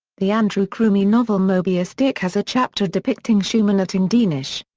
the andrew crumey novel mobius dick has a chapter depicting schumann at endenich.